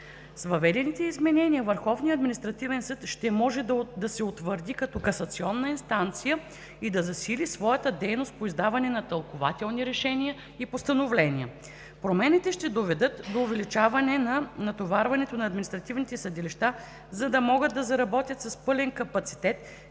административен съд ще може да се утвърди като касационна инстанция и да засили своята дейност по издаване на тълкувателни решения и постановления. Промените ще доведат до увеличаване на натоварването на административните съдилища, за да могат да заработят с пълен капацитет,